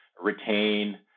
retain